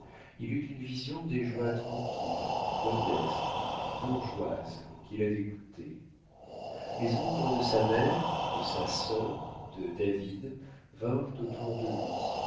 il eut une vision des joies tranquilles modestes bourgeoises qu'il avait goûtées les ombres de sa mère de sa sœur de david vinrent autour de lui